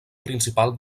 principal